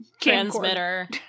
Transmitter